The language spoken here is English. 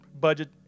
budget